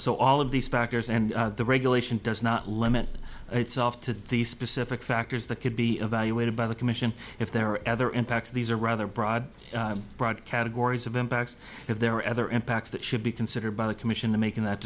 so all of these factors and the regulation does not limit itself to the specific factors that could be evaluated by the commission if there ever impacts these are rather broad broad categories of impacts if there are other impacts that should be considered by the commission to making that